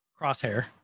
crosshair